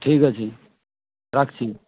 ঠিক আছে রাখছি